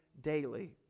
daily